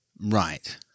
Right